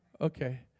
Okay